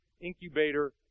incubator